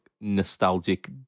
nostalgic